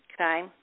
okay